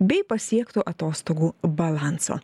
bei pasiektų atostogų balanso